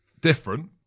Different